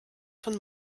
von